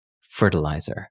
fertilizer